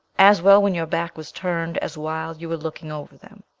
as well when your back was turned as while you were looking over them?